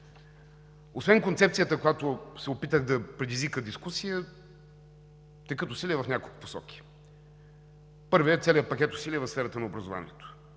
Освен концепцията, която се опитах да предизвика дискусия, текат усилия в няколко посоки. Първата е целият пакет усилия в сферата на образованието.